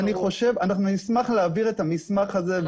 אנחנו נשמח להעביר את המסמך הזה,